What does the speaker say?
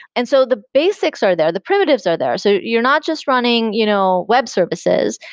and so the basics are there. the primitives are there. so you're not just running you know web services.